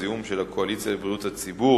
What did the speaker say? בחשוון התש"ע (4 בנובמבר 2009): "הקואליציה לבריאות הציבור"